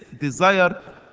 desire